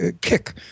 kick